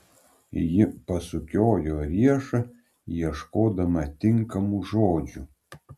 ji pasukiojo riešą ieškodama tinkamų žodžių